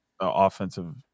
Offensive